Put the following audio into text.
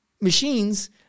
machines